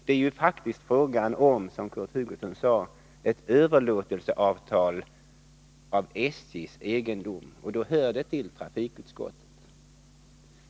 Det är faktiskt fråga om, som Kurt Hugosson sade, ett överlåtelseavtal rörande SJ:s egendom, och då hör det till trafikutskottet.